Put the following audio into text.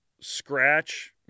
scratch